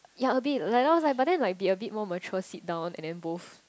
ya a bit adults like but then like be a bit more mature sit down and then both